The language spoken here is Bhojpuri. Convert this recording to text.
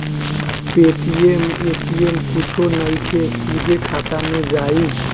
पेटीएम ए.टी.एम कुछो नइखे, सीधे खाता मे जाई